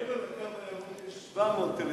מעבר ל"קו הירוק" יש 700,000 יהודים.